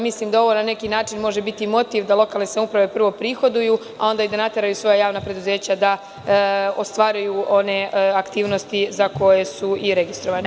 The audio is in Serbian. Mislim da ovo na neki način može biti motiv da lokalne samouprave prvo prihoduju, a onda i da nateraju svoja javna preduzeća da ostvaruju one aktivnosti za koje su i registrovane.